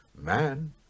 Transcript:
man